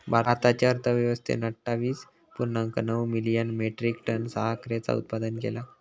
भारताच्या अर्थव्यवस्थेन अट्ठावीस पुर्णांक नऊ मिलियन मेट्रीक टन साखरेचा उत्पादन केला